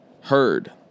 heard